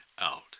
out